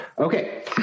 Okay